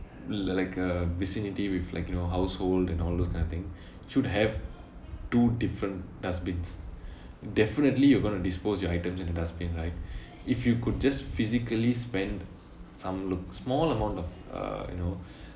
like uh vicinity with like you know household and all those kind of thing should have two different dustbins definitely you're gonna dispose your items in the dustbin right if you could just physically spend some look small amount of uh you know